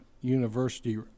University